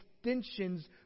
extensions